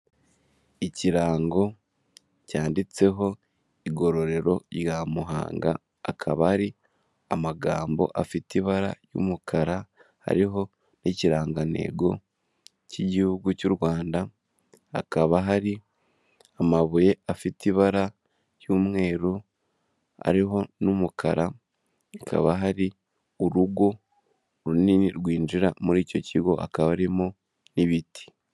Ikirango cyanditseho igororero rya Muhanga, akaba ari amagambo afite ibara ry'umukara, hariho n'ikirangantego cy'igihugu cy'u Rwanda, hakaba hari amabuye afite ibara ry'umweru, ariho n'umukara, kaba hari urugo runini rwinjira muri icyo kigo, akaba arimo n'ibiti.